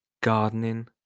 gardening